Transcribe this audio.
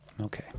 Okay